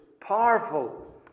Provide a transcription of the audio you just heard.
powerful